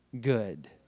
good